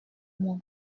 mon